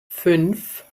fünf